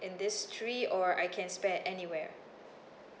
in these three or I can spend anywhere